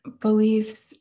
beliefs